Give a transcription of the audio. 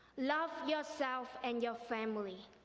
love yourself and your family.